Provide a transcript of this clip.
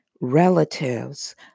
relatives